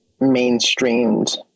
mainstreamed